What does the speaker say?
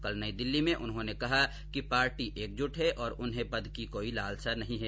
कल नई दिल्ली में उन्होंने कहा कि पार्टी एकजुट है और उन्हें पद की कोई लालसा नहीं है